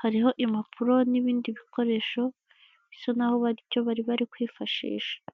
hariho impapuro n'ibindi bikoresho bisa naho ari byo bari bari kwifashisha.